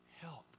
help